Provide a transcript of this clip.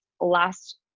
last